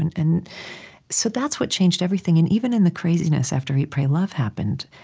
and and so that's what changed everything. and even in the craziness after eat pray love happened,